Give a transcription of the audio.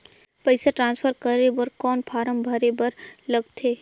पईसा ट्रांसफर करे बर कौन फारम भरे बर लगथे?